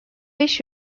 beş